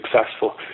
successful